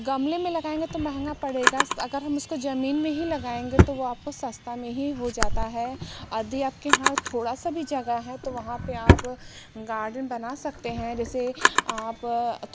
गमले में लगाएंगे तो महंगा पड़ेगा अगर हम उसको ज़मीन में ही लगाएंगे तो वो आपको सस्ते में ही हो जाता है यदि आपके यहाँ थोड़ी सी भी जगह है तो वहाँ पर आप गार्डन बना सकते हैं जैसे आप